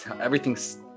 everything's